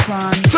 one